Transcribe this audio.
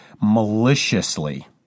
maliciously